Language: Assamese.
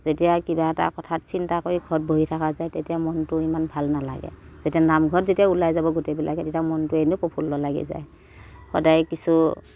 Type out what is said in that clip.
যেতিয়া কিবা এটা কথাত চিন্তা কৰি ঘৰত বহি থকা যায় তেতিয়া মনতো ইমান ভাল নালাগে যেতিয়া নামঘৰত যেতিয়া ওলাই যাব গোটেইবিলাকে তেতিয়া মনতো এনেও প্ৰফুল্ল লাগি যায় সদায় কিছু